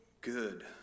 good